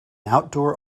outdoor